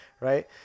Right